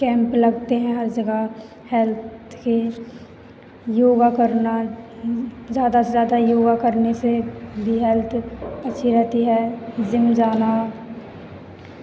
camp लगते हैं हर जगह हेल्थ के योगा करना ज़्यादा से ज़्यादा योगा करने से भी हेल्त अच्छी रहती है ज़िम जाना